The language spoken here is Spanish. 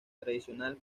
tradicional